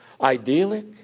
idyllic